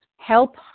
help